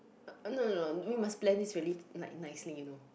no no no we must plan this really like nicely you know